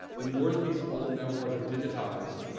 the more these old memoirs are digitized,